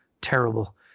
Terrible